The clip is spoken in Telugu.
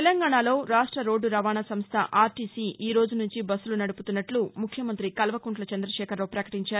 తెలంగాణలో రాష్ట రోడ్డు రవాణా సంస్థ ఆర్టీసీ ఈరోజు నుంచి బస్సులు నడపుతున్నట్ల ముఖ్యమంత్రి కల్వకుంట్ల చంద్రకేఖరరావు ప్రకటించారు